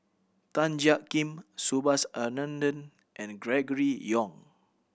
Tan Jiak Kim Subhas Anandan and Gregory Yong